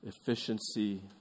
efficiency